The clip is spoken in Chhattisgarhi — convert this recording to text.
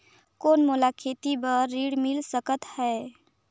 कौन मोला खेती बर ऋण मिल सकत है?